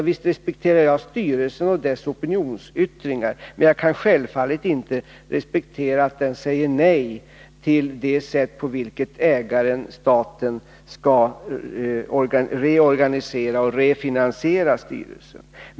Visst respekterar jag styrelsen och dess opinionsyttringar, men jag kan självfallet inte respektera att den säger nej till det sätt på vilket ägaren-staten skall reorganisera och refinansiera bolaget.